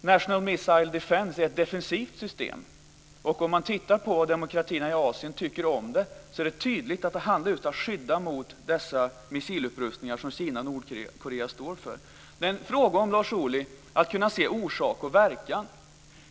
National Missile Defense är ett defensivt system. När man ser på vad demokratierna i Asien tycker om det är det tydligt att det just handlar om att skydda mot de missilupprustningar som Kina och Nordkorea står för. Men frågan gäller, Lars Ohly, att kunna se vad som är orsak och verkan.